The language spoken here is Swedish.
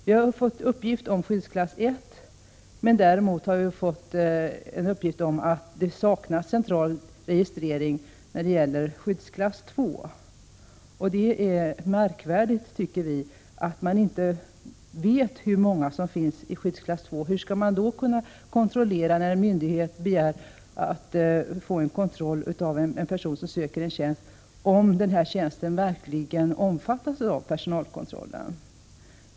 Vi har fått uppgift om skyddsklass 1. Däremot har vi fått veta att det saknas central registrering när det gäller skyddsklass 2. Vi tycker att det är märkvärdigt att man inte känner till hur många som finns i skyddsklass 2. Hur skall man då, när en myndighet begär att få en kontroll av en person som söker en tjänst, kunna veta om denna tjänst verkligen omfattas av personalkontrollen?